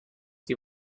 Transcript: die